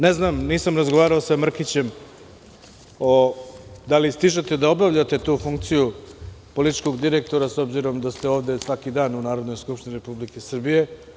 Ne znam, nisam razgovarao sa Mrkićem, da li stižete da obavljate tu funkciju političkog direktora, s obzirom da ste ovde svaki dan u Narodnoj skupštini Republike Srbije.